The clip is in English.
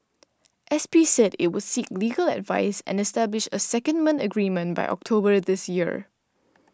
S P said it would seek legal advice and establish a secondment agreement by October this year